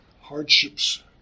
hardships